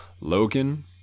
Logan